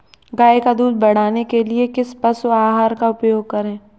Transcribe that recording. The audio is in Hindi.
गाय का दूध बढ़ाने के लिए किस पशु आहार का उपयोग करें?